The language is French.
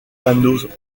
panneaux